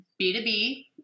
B2B